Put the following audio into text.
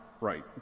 right